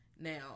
Now